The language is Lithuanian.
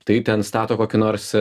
tai ten stato kokį nors